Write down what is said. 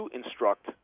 instruct